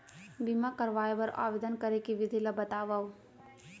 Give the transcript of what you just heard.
बीमा करवाय बर आवेदन करे के विधि ल बतावव?